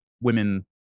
women